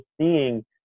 seeing